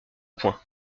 point